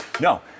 No